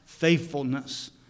Faithfulness